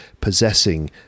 possessing